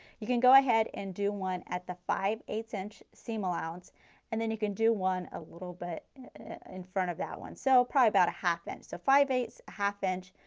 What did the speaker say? you can go ahead and do one at the five eight ths inch seam allowance and then you can do one a little bit in front of that one. so probably about a half inch, so five eight ths half inch,